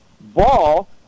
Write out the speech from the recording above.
ball